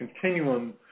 continuum